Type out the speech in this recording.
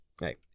hey